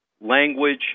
language